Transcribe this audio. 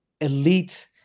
elite